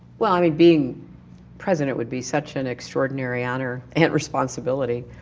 well, i mean being president would be such an extraordinary honor, and responsibility,